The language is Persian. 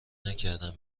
نکردم